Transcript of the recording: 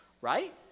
right